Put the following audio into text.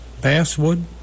basswood